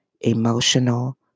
emotional